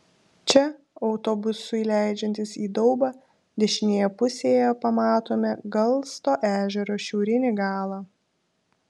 čia autobusui leidžiantis į daubą dešinėje pusėje pamatome galsto ežero šiaurinį galą